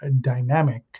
dynamic